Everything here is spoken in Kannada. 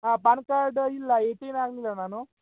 ಹಾಂ ಪಾನ್ ಕಾರ್ಡ್ ಇಲ್ಲ ಏಯ್ಟೀನ್ ಆಗಲಿಲ್ಲ ನಾನು